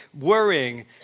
worrying